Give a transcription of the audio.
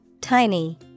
Tiny